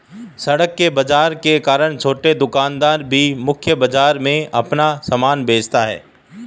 सड़क के बाजार के कारण छोटे दुकानदार भी मुख्य बाजार में अपना सामान बेचता है